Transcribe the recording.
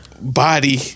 Body